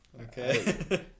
Okay